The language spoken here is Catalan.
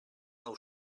nou